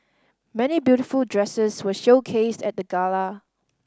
many beautiful dresses were showcased at the gala